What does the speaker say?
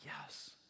Yes